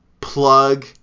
plug